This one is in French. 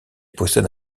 possède